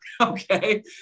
Okay